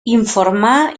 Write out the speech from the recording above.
informar